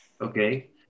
Okay